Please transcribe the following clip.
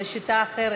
זו שיטה אחרת,